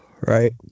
Right